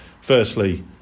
firstly